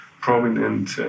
prominent